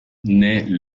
naît